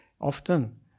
Often